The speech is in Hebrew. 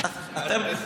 קידמתם.